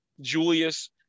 Julius